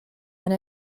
and